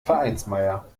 vereinsmeier